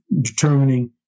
determining